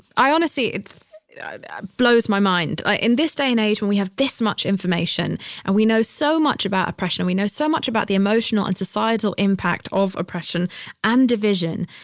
i honestly, it it blows my mind ah in this day and age when we have this much information and we know so much about oppression, we know so much about the emotional and societal impact of oppression and division,